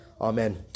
Amen